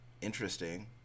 interesting